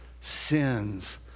sins